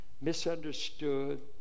misunderstood